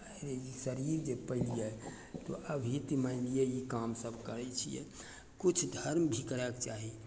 शरीर जे पयलियै तो अभी तऽ मानि लिअ ई काम सब करय छियै किछु धर्म भी करऽके चाही